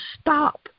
stop